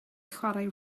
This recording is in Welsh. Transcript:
chwarae